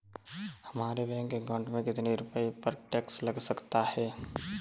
हमारे bank account में कितने रुपये पर टैक्स लग सकता है?